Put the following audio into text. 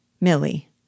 Millie